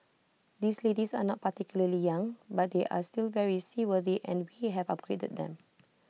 these ladies are not particularly young but they are still very seaworthy and we have upgraded them